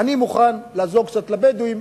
אני מוכן לעזור קצת לבדואים,